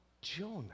Jonah